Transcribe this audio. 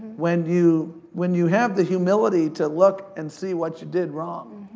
when you when you have the humility to look and see what you did wrong,